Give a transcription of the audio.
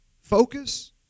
Focus